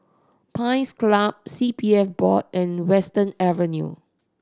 Pines Club C P F Board and Western Avenue